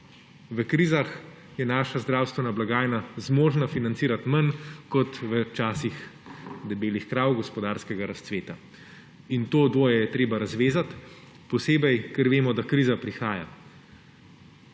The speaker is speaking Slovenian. V krizah je naša zdravstvena blagajna zmožna financirati manj kot v časih debelih krav gospodarskega razcveta. In to dvoje je treba razvezati, še posebej, ker vemo, da kriza prihaja.